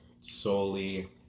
solely